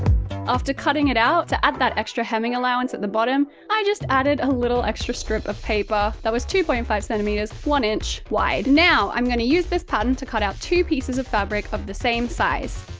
after cutting it out, to add that extra hemming allowance at the bottom, i just added a little extra strip of paper that was two point five centimeters, one inch, wide. now, i'm gonna use this pattern to cut out two pieces of fabric of the same size.